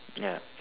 ya